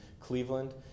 Cleveland